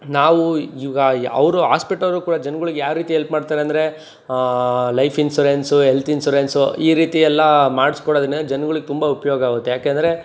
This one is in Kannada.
ನಾವು ಈಗ ಅವರು ಆಸ್ಪೆಟಲ್ ಕೂಡ ಜನಗಳಿಗೆ ಯಾವ ರೀತಿ ಹೆಲ್ಪ್ ಮಾಡ್ತಾರೆ ಅಂದರೆ ಲೈಫ್ ಇನ್ಸುರೆನ್ಸು ಎಲ್ತ್ ಇನ್ಸುರೆನ್ಸು ಈ ರೀತಿ ಎಲ್ಲ ಮಾಡಿಸ್ಕೊಳೋದ್ರಿಂದ ಜನಗಳಿಗ್ ತುಂಬ ಉಪಯೋಗ ಆಗುತ್ತೆ ಯಾಕೆಂದರೆ